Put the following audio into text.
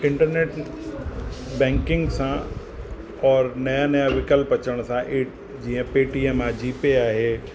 internet banking सां और नवां नवां विकल्प अचण सां एट जीअं पेटीएम आहे जीपे आहे